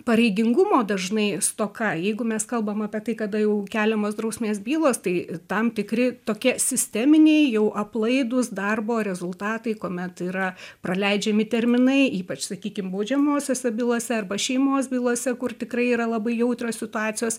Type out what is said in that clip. pareigingumo dažnai stoka jeigu mes kalbam apie tai kada jau keliamos drausmės bylos tai tam tikri tokie sisteminiai jau aplaidūs darbo rezultatai kuomet yra praleidžiami terminai ypač sakykim baudžiamosiose bylose arba šeimos bylose kur tikrai yra labai jautrios situacijos